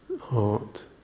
heart